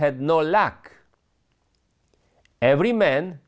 has no luck every man